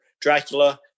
Dracula